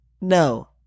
No